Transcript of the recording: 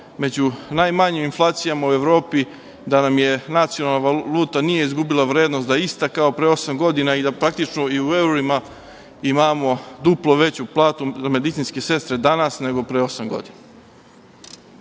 imamo najmanju inflaciju u Evropi, da nam nacionalna valuta nije izgubila vrednost, da je ista kao pre osam godina i da u evrima imamo duplo veću platu za medicinske sestre danas, nego pre osam godina.